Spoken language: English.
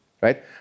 right